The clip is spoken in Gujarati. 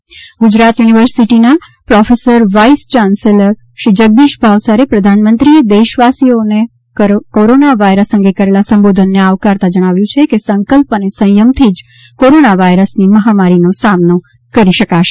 જગદિશ ભાવસાર કોરોના ગુજરાત યુનિવર્સીટીના professor vice chancellor Shri Jagdish ભાવસારે પ્રધાનમંત્રીએ દેશવાસીઓને કોરોના વાયરસ અંગે કરેલા સંબોધનને આવકારતા જણાવ્યું છે સંકલ્પ અને સંયમથી જ કોરોના વાયરસની મહામારીનો સામનો કરી શકાશે